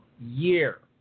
year